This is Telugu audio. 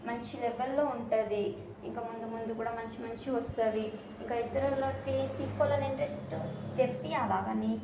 మంచి లెవెల్లో ఉంటుంది ఇంకా ముందు ముందు కూడా మంచి మంచిగా వస్తాయి ఇంకా ఇతరులకి తీసుకోవాలనే ఇంట్రెస్ట్ తెప్పించాలి కానీ